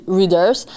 readers